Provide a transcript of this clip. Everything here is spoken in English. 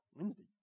Wednesday